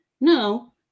no